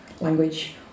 language